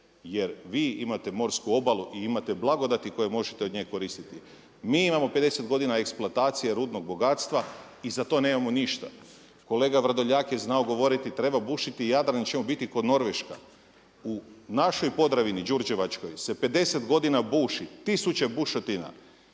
jer vi imate morsku obalu i imate blagodati koje možete od nje koristiti. Mi imamo 50 godina eksploatacije rudnog bogatstva i za to nemamo ništa. Kolega Vrdoljak je znao govoriti treba bušiti Jadran jer ćemo biti ko Norveška. U našoj Podravini đurđevačkoj se 50 godina buši, tisuće bušotina